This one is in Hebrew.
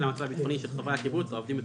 המצב הביטחוני של חברי הקיבוץ העובדים בתעשייה,